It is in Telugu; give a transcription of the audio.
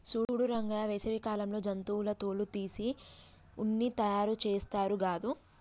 సూడు రంగయ్య వేసవి కాలంలో జంతువుల తోలు తీసి ఉన్ని తయారుచేస్తారు గాదు